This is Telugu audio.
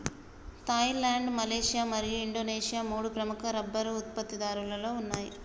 థాయిలాండ్, మలేషియా మరియు ఇండోనేషియా మూడు ప్రముఖ రబ్బరు ఉత్పత్తిదారులలో ఉన్నాయి